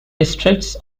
districts